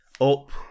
up